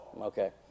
Okay